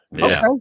Okay